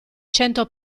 cento